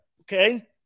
okay